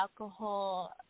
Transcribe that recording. alcohol